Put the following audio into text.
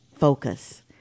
focus